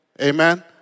Amen